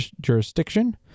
jurisdiction